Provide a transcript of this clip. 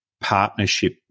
partnership